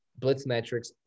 Blitzmetrics